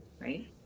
Right